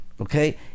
okay